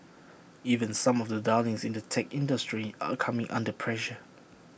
even some of the darlings in the tech industry are coming under pressure